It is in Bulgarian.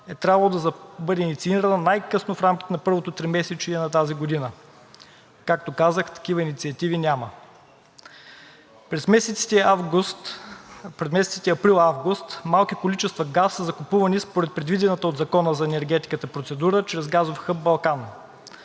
е трябвало да бъде инициирана най-късно в рамките на първото тримесечие на тази година. Както казах, такива инициативи няма. През месеците април – август малки количества газ са закупувани според предвидената от Закона за енергетиката процедура чрез газов хъб „Балкан“.